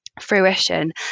fruition